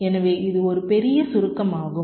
எனவே இது ஒரு பெரிய சுருக்கமாகும்